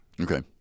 Okay